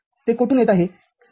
ते कोठून येत आहे